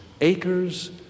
acres